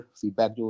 Feedback